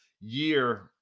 year